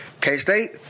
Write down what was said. K-State